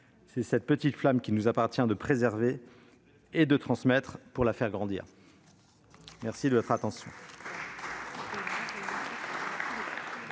C'est cette petite flamme qu'il nous appartient de préserver et de transmettre pour la faire grandir. La parole est